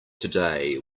today